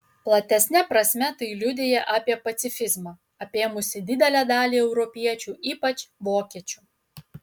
platesne prasme tai liudija apie pacifizmą apėmusį didelę dalį europiečių ypač vokiečių